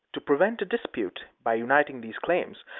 to prevent a dispute, by uniting these claims,